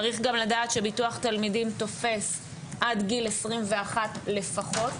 צריך גם לדעת שביטוח תלמידים תופס עד גיל עשרים ואחת לפחות,